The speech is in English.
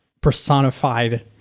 personified